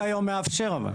החוק היום מאפשר אבל.